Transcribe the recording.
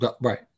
Right